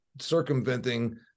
circumventing